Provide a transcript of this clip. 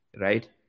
Right